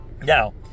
Now